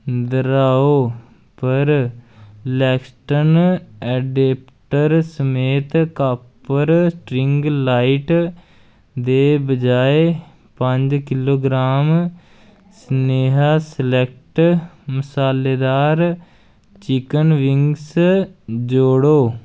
दोहराओ पर लैक्सटन एडिटर समेत कॉपर सटरिंग लाइट दे बजाए पंज किलोग्राम सनेहा सलेक्ट मसालेदार चिकन बिंगस जोड़ो